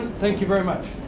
thank you very much.